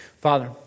Father